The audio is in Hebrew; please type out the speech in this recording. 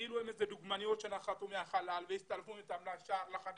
כאילו הם איזה דוגמניות שנחתו מהחלל והצטלמו איתם לשער לחדשות,